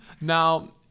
Now